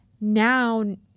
now